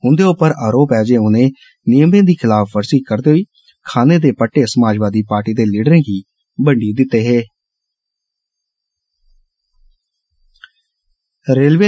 उंदे उप्पर आरोप ऐ जे उनें नियमें दी खलाफवर्जी करदे होई खानें दे पट्टे समाजवादी पार्टी दे लीडरें गी बंड्डी दित्ते हे